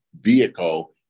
vehicle